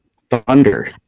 thunder